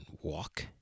walk